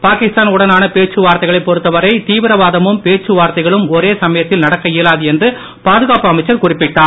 பா இஸ்தான் உடனான பேச்சுவார்த்தைகளை பொறுத்த வரை தீவிரவாதமும் பேச்சுவார்த்தைகளும் ஒரே சமயத்தில் நடக்க இயலாது என்று பாதுகாப்பு அமைச்சர் குறிப்பிட்டார்